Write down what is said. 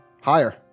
higher